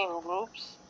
groups